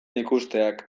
ikusteak